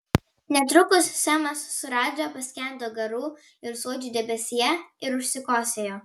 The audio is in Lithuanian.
netrukus semas su radža paskendo garų ir suodžių debesyje ir užsikosėjo